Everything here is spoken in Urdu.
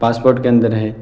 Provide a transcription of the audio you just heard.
پاسپوٹ کے اندر ہے